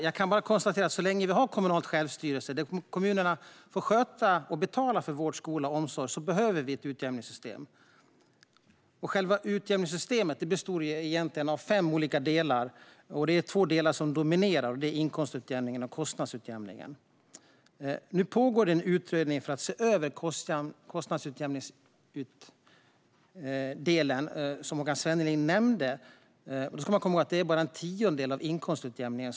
Jag kan bara konstatera att så länge vi har kommunalt självstyre där kommunerna får sköta och betala för vård, skola och omsorg behövs det ett utjämningssystem. Själva utjämningssystemet består egentligen av fem olika delar. Två delar dominerar: inkomstutjämningen och kostnadsutjämningen. Nu pågår en utredning för att se över kostnadsutjämningsdelen, vilket Håkan Svenneling nämnde. Man ska komma ihåg att den bara utgörs av en tiondel av inkomstutjämningsdelen.